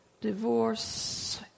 divorce